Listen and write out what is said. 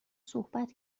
صحبت